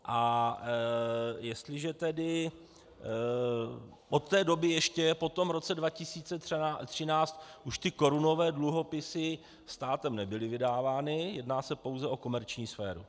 A jestliže tedy od té doby ještě, po tom roce 2013, už ty korunové dluhopisy státem nebyly vydávány, jedná se pouze o komerční sféru.